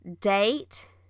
date